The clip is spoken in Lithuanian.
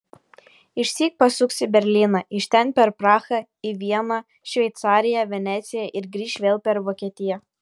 išsyk pasuks į berlyną iš ten per prahą į vieną šveicariją veneciją ir grįš vėl per vokietiją